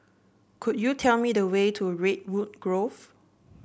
could you tell me the way to Redwood Grove